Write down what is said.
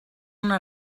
una